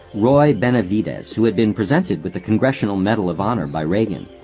roy benavidez, who had been presented with the congressional medal of honor by reagan,